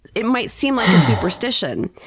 it might seem like a superstition,